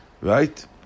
Right